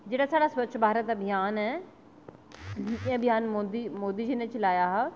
जेह्ड़ा साढ़ा स्वच्छ भारत अभियान ऐ एह् अभियान मोदी मोदी जी ने चलाया हा